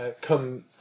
Come